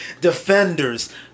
Defenders